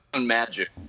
magic